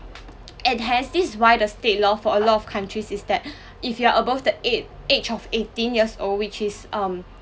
and hence this is why the state law for a lot of countries is that if you are above the eight age of eighteen years old which is um